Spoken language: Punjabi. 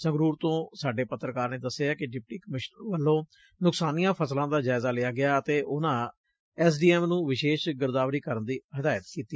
ਸੰਗਰੂਰ ਤੋਂ ਸਾਡੇ ਪੱਤਰਕਾਰ ਨੇ ਦਸਿਐ ਕਿ ਡਿਪਟੀ ਕਮਿਸ਼ਨਰ ਵੱਲੋਂ ਨੁਕਸਾਨੀਆਂ ਫਸਲਾਂ ਦਾ ਜਾਇਜਾ ਲਿਆ ਗਿਆ ਅਤੇ ਉਨੂਾ ਐਸ ਡੀ ਐਮ ਨੂੰ ਵਿਸ਼ੇਸ਼ ਗਿਰਦਾਵਰੀ ਕਰਨ ਦੀ ਹਿਦਾਇਤ ਕੀਤੀ